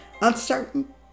Uncertain